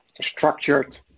structured